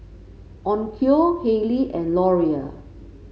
Onkyo Haylee and Laurier